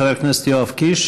חבר הכנסת יואב קיש,